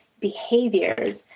behaviors